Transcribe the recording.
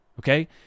okay